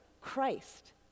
Christ